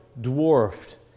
dwarfed